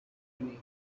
him